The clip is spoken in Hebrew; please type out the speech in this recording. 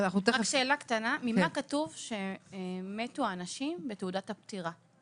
ממה כתוב שהאנשים מתו בתעודת הפטירה?